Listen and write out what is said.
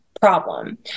problem